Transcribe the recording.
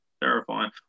Terrifying